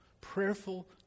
Prayerful